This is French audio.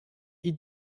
hit